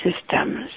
systems